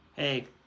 Hey